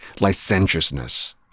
licentiousness